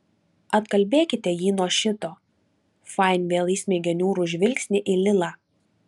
atkalbėkite jį nuo šito fain vėl įsmeigė niūrų žvilgsnį į lilą